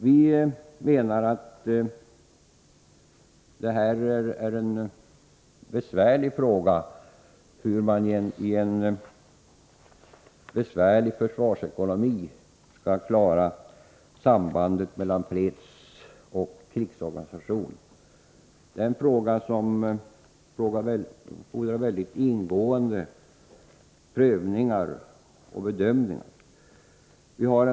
Vi anser att det är en besvärlig fråga hur man i en trängd försvarsekonomi skall kunna klara sambandet mellan fredsoch krigsorganisationen. Det fordras mycket ingående prövningar och bedömningar.